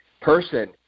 person